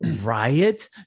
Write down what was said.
riot